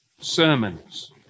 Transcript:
sermons